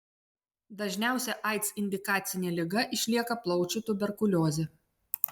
dažniausia aids indikacinė liga išlieka plaučių tuberkuliozė